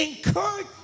encourage